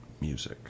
music